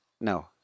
No